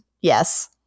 Yes